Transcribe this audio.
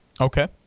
Okay